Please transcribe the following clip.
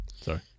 Sorry